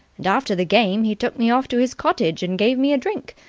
and after the game he took me off to his cottage and gave me a drink.